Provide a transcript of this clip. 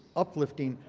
uplifting,